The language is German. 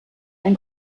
ein